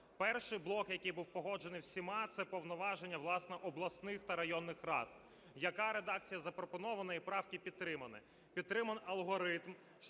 Перший блок, який був погоджений всіма, це повноваження, власне, обласних та районних рад. Яка редакція запропонована і правки підтримані? Підтриманий алгоритм,